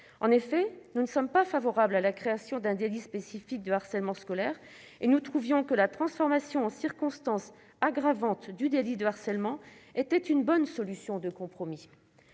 En effet, nous ne sommes pas favorables à la création d'un délit spécifique de harcèlement scolaire, et nous trouvions que sa transformation en circonstance aggravante du délit de harcèlement était une bonne solution de compromis.